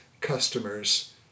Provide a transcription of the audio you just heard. customers